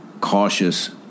cautious